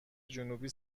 جنوبی